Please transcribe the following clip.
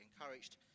encouraged